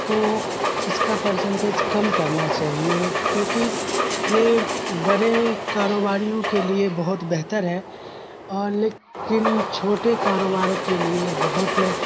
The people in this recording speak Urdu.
کو اس کا پرسنٹیج کم کرنا چاہیے کیونکہ یہ بڑے کاروباریوں کے لیے بہت بہتر ہے اور لیکن چھوٹے کاروباروں کے لیے بہت